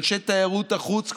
אנשי תיירות החוץ,